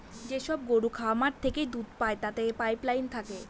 যেসব গরুর খামার থেকে দুধ পায় তাতে পাইপ লাইন থাকে